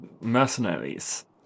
mercenaries